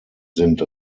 sind